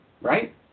right